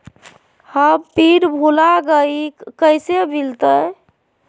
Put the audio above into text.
हम पिन भूला गई, कैसे मिलते?